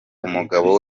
umugabo